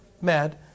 mad